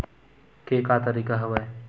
के का तरीका हवय?